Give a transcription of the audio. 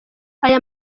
aya